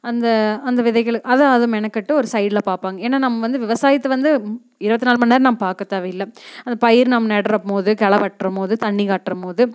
அந்த அந்த விதைகளை அது அதை மெனக்கிட்டு ஒரு சைடில் பார்ப்பாங்க ஏன்னா நம்ம வந்து விவசாயத்தை வந்து இருபத்தி நாலு மணி நேரம் நம்ம பார்க்க தேவையில்லை அந்த பயிர் நம்ம நடுறம் போது களை வெட்டும் போது தண்ணி காட்டும் போது